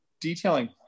detailing